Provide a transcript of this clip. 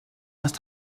last